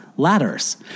ladders